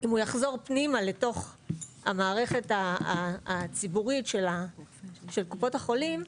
אם הוא יחזור פנימה לתוך המערכת הציבורית של קופות החולים,